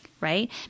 right